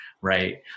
right